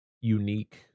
unique